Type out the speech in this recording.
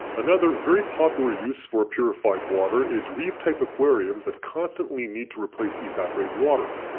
another very popular use for purified water is reef type aquariums that constantly need to replace evaporated water.